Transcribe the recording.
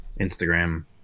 Instagram